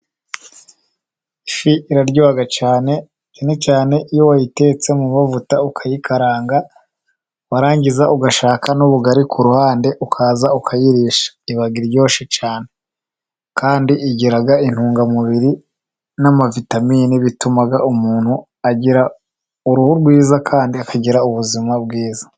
Ifi iraryoha cyane, cyane cyane iyo wayitetse mu mavuta, ukayikaranga warangiza ugashaka n'ubugari ku ruhande, ukaza ukayirisha. Iba iryoshe cyane, kandi igira intungamubiri n'amavitamini bituma umuntu agira uruhu rwiza, kandi akagira ubuzima bwiza.